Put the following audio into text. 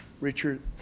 Richard